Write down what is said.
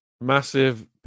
massive